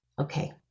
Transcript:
Okay